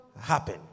happen